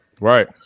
Right